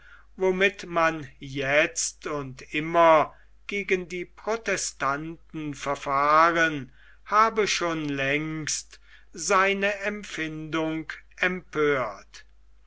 womit man jetzt und immer gegen die protestanten verfahren habe schon längst seine empfindung empört